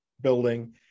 building